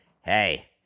hey